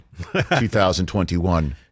2021